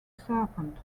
serpent